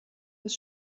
des